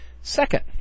Second